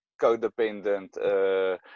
codependent